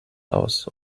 aus